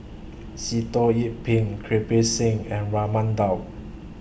Sitoh Yih Pin Kirpal Singh and Raman Daud